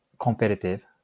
competitive